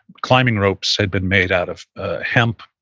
climbing ropes had been made out of hemp,